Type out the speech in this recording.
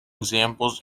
examples